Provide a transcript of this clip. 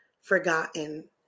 forgotten